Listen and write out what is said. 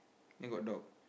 then got dog